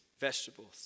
vegetables